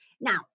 Now